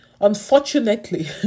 unfortunately